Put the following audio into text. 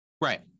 Right